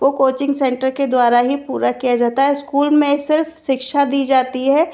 वो coaching centre के द्वारा ही पूरा किया जाता है स्कूल में सिर्फ शिक्षा दी जाती है